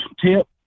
tip